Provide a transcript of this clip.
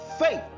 faith